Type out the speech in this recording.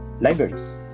libraries